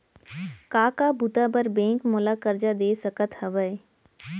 का का बुता बर बैंक मोला करजा दे सकत हवे?